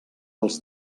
els